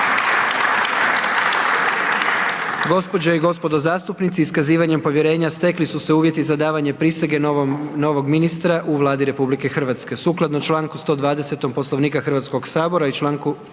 Gospođe i gospodo zastupnici, iskazivanjem povjerenja stekli su se uvjeti za davanje prisege novog ministra u Vladi RH. Sukladno članku 120. Poslovnika Hrvatskog sabora i članku 5.